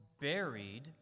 buried